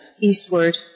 eastward